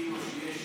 וצריך